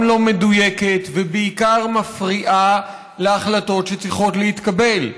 גם לא מדויקת ובעיקר מפריעה להחלטות שצריכות להתקבל.